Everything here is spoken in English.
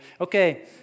Okay